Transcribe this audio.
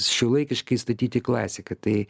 šiuolaikiškai statyti klasiką tai